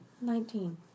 Nineteen